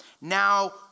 now